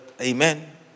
Amen